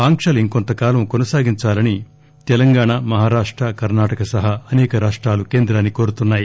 ఆంక్షలు ఇంకొంతకాలం కొనసాగించాలని తెలంగాణ మహారాష్ట కర్ణాటక సహా అసేక రాష్టాలు కేంద్రాన్ని కోరుతున్నాయి